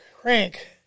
crank